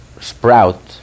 sprout